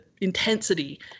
intensity